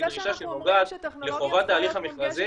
שהיא דרישה שנובעת לחובת ההליך המכרזי,